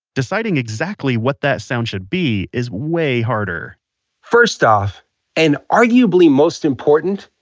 deciding exactly what that sound should be is way harder first off and arguably most important,